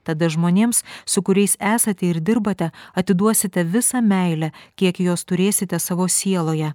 tada žmonėms su kuriais esate ir dirbate atiduosite visą meilę kiek jos turėsite savo sieloje